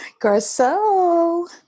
Garcelle